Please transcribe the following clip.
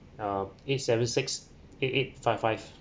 uh eight seventy six eight eight five five